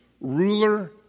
ruler